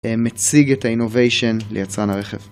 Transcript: מציג את ה-Innovation ליצרן הרכב.